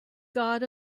god